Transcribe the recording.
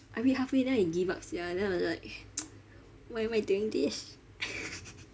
I read halfway then I give up sia then I was like why am I doing this